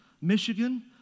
Michigan